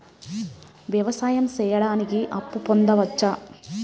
వ్యవసాయం సేయడానికి అప్పు పొందొచ్చా?